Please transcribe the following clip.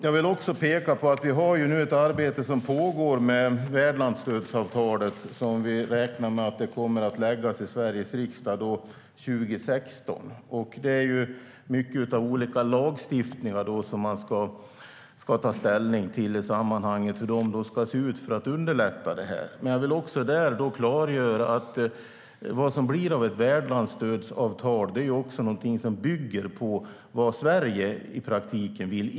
Jag vill också peka på att det nu pågår ett arbete med värdlandsstödsavtalet som vi räknar med kommer att läggas fram för Sveriges riksdag 2016. Det är många olika lagstiftningar som man då ska ta ställning till för att underlätta det hela. Vad som blir av ett värdlandsstödsavtal bygger också på vad Sverige vill i praktiken.